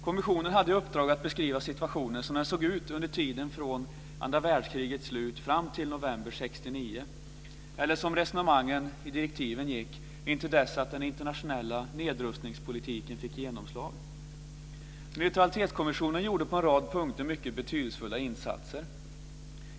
Kommissionen hade i uppdrag att beskriva situationen som den såg ut under tiden från andra världskrigets slut fram till november 1969 eller, som resonemanget i direktiven gick, intill dess att den internationella nedrustningspolitiken fick genomslag. Neutralitetskommissionen gjorde på en rad punkter mycket betydelsefulla insatser.